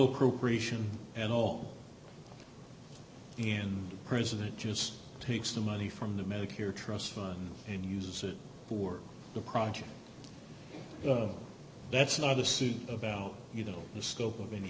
corroboration and all and president just takes the money from the medicare trust fund and uses it for the project that's not the suit about you know the scope of any